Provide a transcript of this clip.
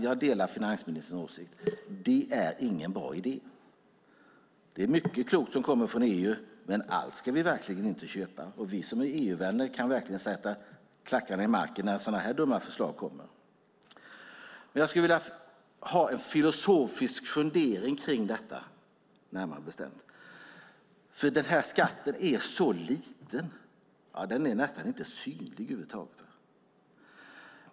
Jag delar finansministerns åsikt. Tobinskatten är ingen bra idé. Det är mycket klokt som kommer från EU, men allt ska vi verkligen inte köpa. Vi som är EU-vänner kan sätta klackarna i marken när så här dumma förslag kommer. Jag skulle vilja ha en filosofisk fundering kring detta. Skatten i fråga är så liten - ja, över huvud taget nästan inte synlig.